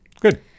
good